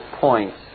points